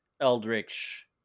eldritch